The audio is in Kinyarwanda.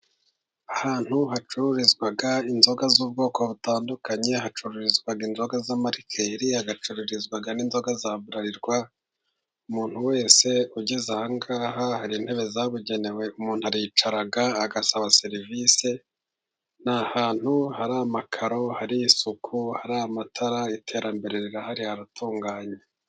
Ahantu hacururizwa inzoga z'ubwoko butandukanye hacururizwaga inzoga z'amarikeri, hagacururizwaga n'inzoga za Bralirwa. Umuntu wese ugeze ahangaha, hari intebe zabugenewe. Umuntu aricara agasaba serivisi. Ni ahantu hari amakaro, hari isuku, hari amatara, iterambere rirahari, haratunganye.